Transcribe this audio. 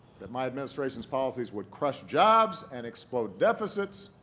that my administration's policies would crush jobs and explode deficits,